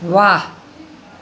वाह